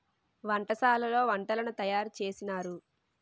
వంటశాలలో వంటలను తయారు చేసినారు